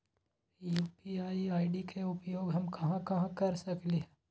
UPI ID के उपयोग हम कहां कहां कर सकली ह?